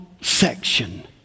section